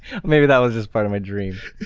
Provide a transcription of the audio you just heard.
maybe that was just part of my dream.